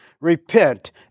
repent